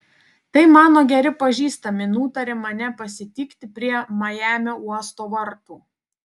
tai mano geri pažįstami nutarė mane pasitikti prie majamio uosto vartų